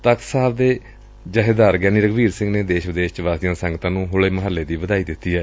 ਤਖ਼ਤ ਸਾਹਿਬ ਦੇ ਜਬੇਦਾਰ ਗਿਆਨੀ ਰਘੁਵੀਰ ਸਿੰਘ ਨੇ ਦੇਸ਼ ਵਿਦੇਸ਼ ਵਿਚ ਵਸਦੀ ਸੰਗਤਾਂ ਨੂੰ ਹੋਲੇ ਮਹੱਲੇ ਦੀ ਵਧਾਈ ਦਿਤੀ ਏ